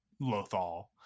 Lothal